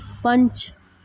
पंज